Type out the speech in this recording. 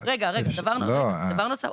דבר נוסף,